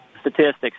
statistics